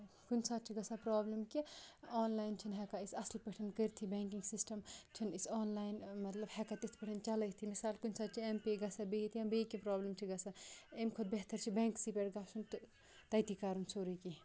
کُنہِ ساتہٕ چھِ گژھان پرابلِم کہِ آن لاین چھِنہٕ ہیٚکان أسۍ اَصٕل پٲٹھۍ کٔرتھٕے بینٛکنگ سِسٹم چھِنہٕ أسۍ آن لاین مطلب ہیٚکان تِتھ پٲٹھۍ چلٲوتھٕے مثال کُنہِ ساتہٕ ایم پے گژھان بِہتھ یا بیٚیہِ کینٛہہ برابلِم چھِ گژھان اَمہِ کھۄتہٕ بہتر چھُ بینٛک سٕے پٮ۪ٹھ گژھُن تہٕ تَتی کَرُن سورُے کیٚنٛہہ